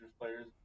players